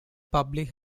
public